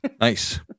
Nice